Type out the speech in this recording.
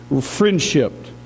friendship